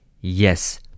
yes